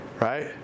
Right